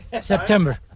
September